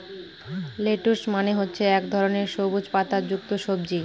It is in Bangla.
লেটুস মানে হচ্ছে এক ধরনের সবুজ পাতা যুক্ত সবজি